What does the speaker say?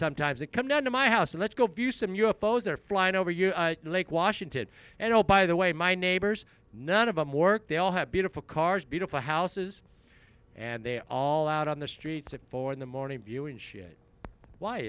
sometimes it comes down to my house and lets go view some u f o s are flying over you lake washington and oh by the way my neighbors none of them work they all have beautiful cars beautiful houses and they all out on the streets at four in the morning viewing shit why